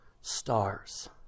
stars